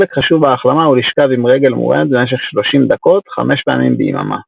חלק חשוב בהחלמה הוא לשכב עם רגל מורמת במשך 30 דקות 5 פעמים ביממה.